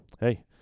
hey